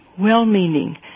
well-meaning